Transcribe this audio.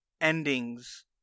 endings